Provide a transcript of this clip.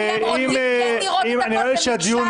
נראה לי שהדיון